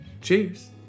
Cheers